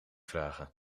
vragen